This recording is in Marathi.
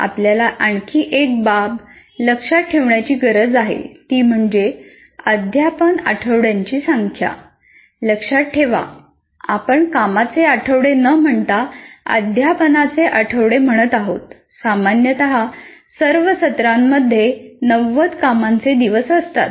आपल्याला आणखी एक बाब लक्षात ठेवण्याची गरज आहे ती म्हणजे अध्यापन आठवड्यांची संख्या सामान्यत सर्व सत्रांमध्ये नव्वद कामाचे दिवस असतात